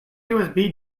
usb